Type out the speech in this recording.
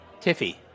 Tiffy